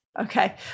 Okay